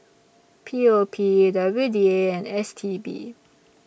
P O P W D A and S T B